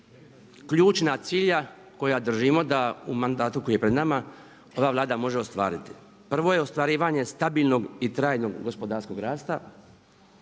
ključna cilja koja držimo da u mandatu koji je pred nama ova Vlada može ostvariti. Prvo je ostvarivanje stabilnog i trajnog gospodarskog rasta,